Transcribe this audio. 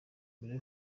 mbere